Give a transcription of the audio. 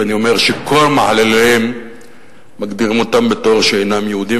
ואומר שכל מעלליהם מותירים אותם בתור שאינם יהודים,